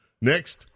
Next